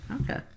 Okay